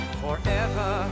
forever